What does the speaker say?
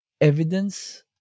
evidence